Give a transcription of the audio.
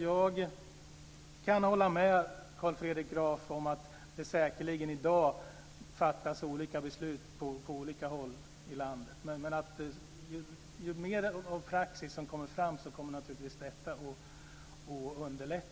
Jag kan hålla med Carl Fredrik Graf om att det säkerligen i dag fattas olika beslut på olika håll i landet. Men allteftersom mer av praxis kommer fram kommer det naturligtvis att underlätta.